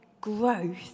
growth